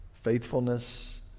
faithfulness